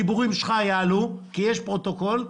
הדיבורים שלך יעלו כי יש פרוטוקול.